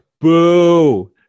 boo